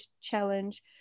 challenge